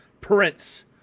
prince